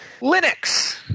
Linux